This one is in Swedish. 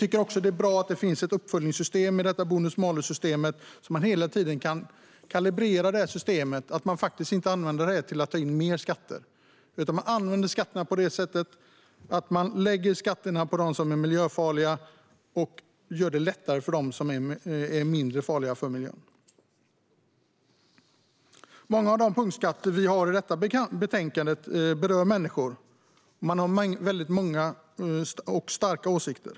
Det är också bra att det finns ett uppföljningssystem i bonus-malus-systemet, så att man hela tiden kan kalibrera det och så att det inte används för att ta in mer skatter. Skatterna ska läggas på det som är miljöfarligt och göra det lättare för det som är mindre farligt för miljön. Många av punktskatterna i betänkandet berör människor, och många har starka åsikter.